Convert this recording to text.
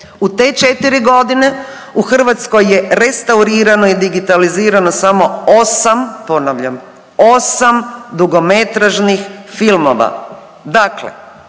U te četiri godine u Hrvatskoj je restaurirano i digitalizirano samo 8, ponavljam 8 dugometražnih filmova.